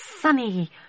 sunny